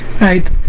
right